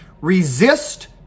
Resist